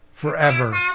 forever